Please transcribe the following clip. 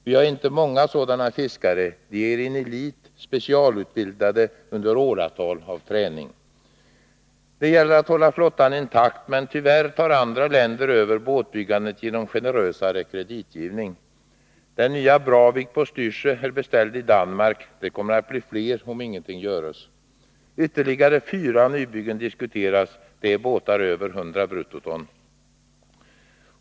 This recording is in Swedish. Vi har inte många sådana fiskare. De är en elit, specialutbildade under åratal av träning. Det gäller att hålla flottan intakt, men tyvärr tar andra länder över båtbyggandet genom generösare kreditgivning. Den nya Bravik på Styrsö är beställd i Danmark. Det kommer att bli fler, om ingenting görs. Ytterligare fyra nybyggen diskuteras. Det är båtar över 100 bruttoton.